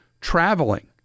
traveling